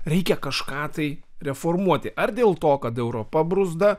reikia kažką tai reformuoti ar dėl to kad europa bruzda